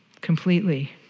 completely